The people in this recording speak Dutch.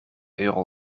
euro